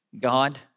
God